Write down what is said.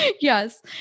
Yes